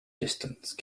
distance